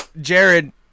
Jared